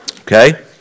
Okay